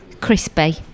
Crispy